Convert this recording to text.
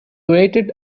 waited